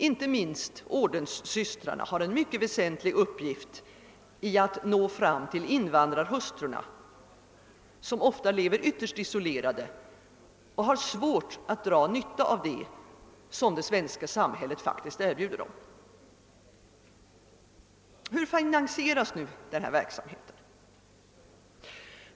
Inte minst ordenssystrarna har en mycket väsentlig uppgift när det gäller att nå fram till invandrarhustrurna, som ofta lever ytterst isolerade och har svårt att dra nytta av det som det svenska samhället bjuder dem. Hur finansieras då denna verksamhet?